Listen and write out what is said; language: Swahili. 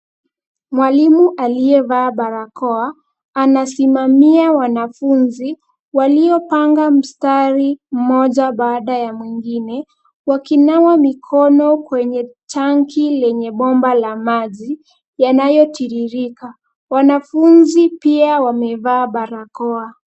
Mwalimu aliyevaa barakoa, anasimama wanafunzi, waliopanga mstari mmoja baada ya mwingine, wakinawa mikono kwenye tanki lenye bomba la maji, yanayotiririka. Wanafunzi pia wamevaa barakoa.